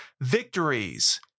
victories